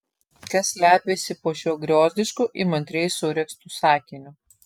kas slepiasi po šiuo griozdišku įmantriai suregztu sakiniu